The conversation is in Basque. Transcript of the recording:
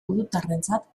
judutarrentzat